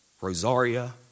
Rosaria